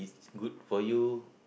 good for you